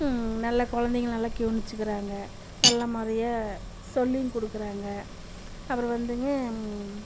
நல்லா குழந்தைங்கள நல்லா கவுனிச்சுக்குறாங்க நல்ல மாதிரியா சொல்லியும் கொடுக்குறாங்க அப்புறம் வந்துங்க